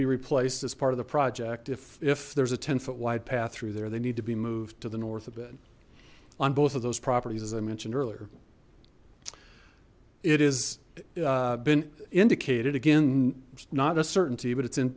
be replaced as part of the project if if there's a ten foot wide path through there they need to be moved to the north a bit on both of those properties as i mentioned earlier it is been indicated again not a certainty but it